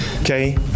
Okay